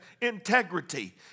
integrity